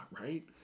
right